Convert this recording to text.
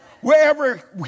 Wherever